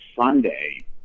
Sunday